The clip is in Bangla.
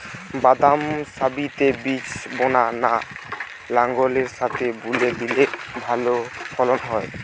বাদাম সারিতে বীজ বোনা না লাঙ্গলের সাথে বুনে দিলে ভালো ফলন হয়?